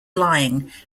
lying